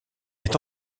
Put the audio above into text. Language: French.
est